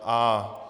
A.